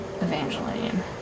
Evangeline